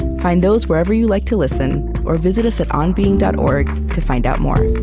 find those wherever you like to listen or visit us at onbeing dot org to find out more